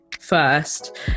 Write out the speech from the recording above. first